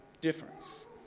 difference